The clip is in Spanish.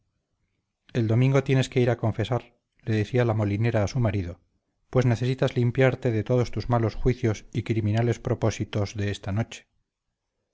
el domingo tienes que ir a confesar le decía la molinera a su marido pues necesitas limpiarte de todos tus malos juicios y criminales propósitos de esta noche